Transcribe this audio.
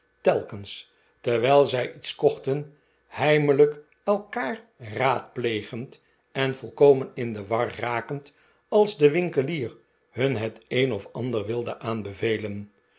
telkens terwijl zij iets kochten heimelijk elkaar raadplegend en volkomen in de war rakend als de winkelier huh het een of ander wilde aanbevelen